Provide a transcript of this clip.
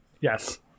Yes